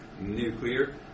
Nuclear